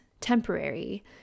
temporary